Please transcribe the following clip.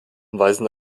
weisen